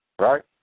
right